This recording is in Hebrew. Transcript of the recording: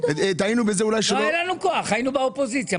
לא היה לנו כוח, היינו באופוזיציה.